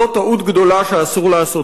זו טעות גדולה שאסור לעשות.